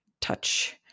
touch